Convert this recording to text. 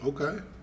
Okay